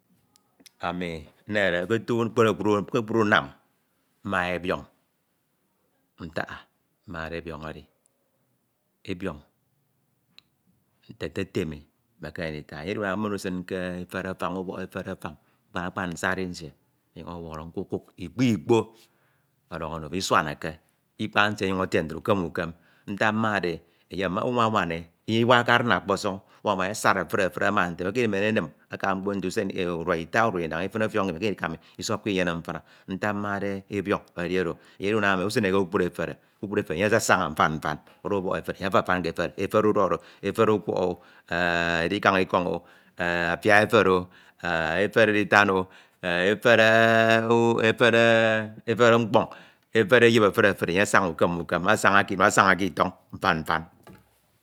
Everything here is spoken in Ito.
Ami nnehede k'otu kpukpru unam, mma ebiọñ, ntak ah mmade ebiọñ edi, ebiọñ nte etetem e, mekeme ndita, enye edi unam emi edide umen usin ke efire afañ ubọk efere afañ kpan kpan nsari nsie ọwọrọ nkukuk ikpo ọdọñọ ono fin isuanake, ikpa nsie ọnyuñ etie ntro ukem ukem, ntak mmade e, enye unwanwan e iwakke adin ọkpọsọñ, unwanwan e asad efuri efuri ama nte, mekeme imen e enim aka mkpo nte usen urua ita, urua inañ ifin ọfiọñ kied mekeme ikama e isọpke inyene mfina, ntak mmade ebiọñ edi oro, enye edi unam emi edide, usine ke kpukpru efere, kpukpru efere enye asasaña mfan mfan, uda ubọk efere enye afafan ke kpukpru efere, efere udọd o, efere ukwọhọ, efere, e edikañ ikọñ o, e afia efere o, e efere editam efere, mkpọn, efere eyip efuri efuri enye asaña ukem ukem, asaña k'inua asaña k'itọñ mfan mfan.